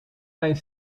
mijn